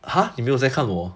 !huh! 你没有在看我